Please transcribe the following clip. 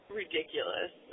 ridiculous